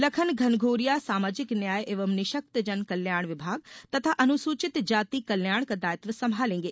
लखन घनघोरिया सामाजिक न्याय एवं निःशक्तजन कल्याण विभाग तथा अनुसूचित जाति कल्याण का दायित्व सम्भालेंगे